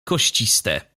kościste